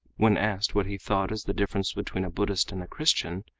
when asked what he thought as the difference between a buddhist and a christian,